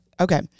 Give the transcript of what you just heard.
okay